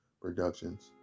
Productions